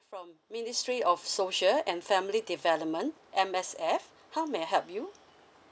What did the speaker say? from ministry of social and family development M_S_F how may I help you